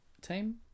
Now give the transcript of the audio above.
team